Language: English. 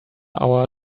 hour